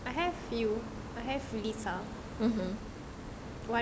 I have you I have lisa